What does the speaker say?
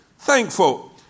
Thankful